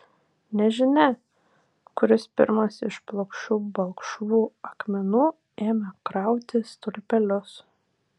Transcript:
nežinia kuris pirmas iš plokščių balkšvų akmenų ėmė krauti stulpelius